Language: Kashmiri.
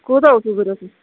کوٗتاہ اوسوٕ ضروٗرت